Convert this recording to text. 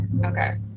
Okay